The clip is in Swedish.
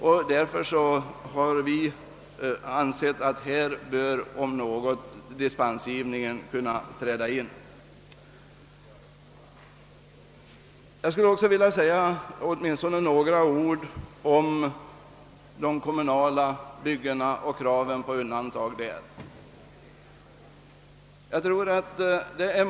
Vi har således menat att i dessa fall bör dispensgivningen anlitas. Jag skulle också vilja säga åtminstone några ord om de kommunala byggnaderna och kraven på undantagande av kommunerna från = avgiftsskyldighet.